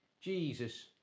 Jesus